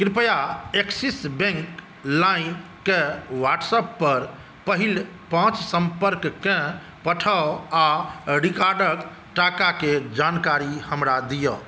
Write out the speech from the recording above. कृपया Axis bank लाइमके WhatsApp पर पहिल पाँच सम्पर्ककेँ पठाउ आ रिकार्डके टाकाके जानकारी हमरा दिअऽ